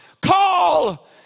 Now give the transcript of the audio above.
call